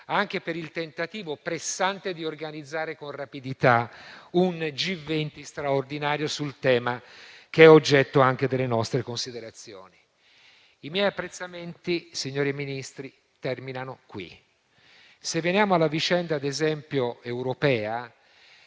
anche per il tentativo pressante di organizzare con rapidità un G20 straordinario sul tema oggetto anche delle nostre considerazioni. I miei apprezzamenti, signori Ministri, terminano qui. Se veniamo alla vicenda relativa all'Europa,